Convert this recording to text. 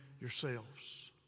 yourselves